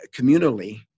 communally